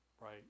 right